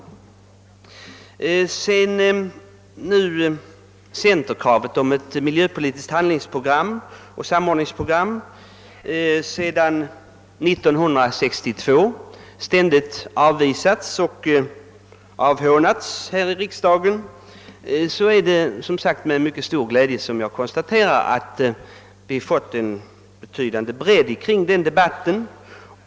Efter det att centerkravet på ett miljöpolitiskt handlingsoch samordningsprogram sedan 1962 ständigt avvisats och avhånats här i riksdagen är det med mycket stor glädje jag konstaterar att vi numera fått en betydande bredd kring denna debatt.